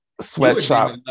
sweatshop